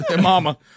Mama